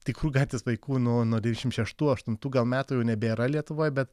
tikrų gatvės vaikų nu nuo dvidešim šeštų aštuntų metų jau nebėra lietuvoj bet